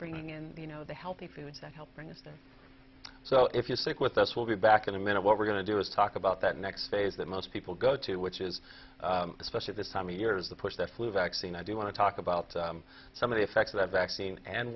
bringing in you know the healthy foods that help bring us down so if you stick with us we'll be back in a minute what we're going to do is talk about that next phase that most people go to which is especially this time of year is the push the flu vaccine i do want to talk about some of the effects of that vaccine and